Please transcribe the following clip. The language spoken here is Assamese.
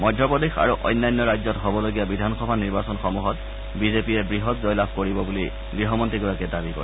মধ্যপ্ৰদেশ আৰু অন্যান্য ৰাজ্যত হবলগীয়া বিধানসভা নিৰ্বাচনসমূহত বিজেপিয়ে বৃহৎ জয়লাভ কৰিব বুলি গৃহমন্ত্ৰীগৰাকীয়ে দাবী কৰে